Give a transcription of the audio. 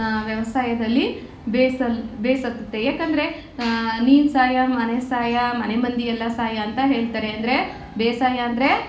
ವ್ಯವಸಾಯದಲ್ಲಿ ಬೇಸರ ಬೇಸತ್ತುತ್ತೆ ಯಾಕೆಂದ್ರೆ ನೀನು ಸಾಯ ಮನೆ ಸಾಯ ಮನೆ ಮಂದಿ ಎಲ್ಲ ಸಾಯ ಅಂತ ಹೇಳ್ತಾರೆ ಅಂದರೆ ಬೇಸಾಯ ಅಂದರೆ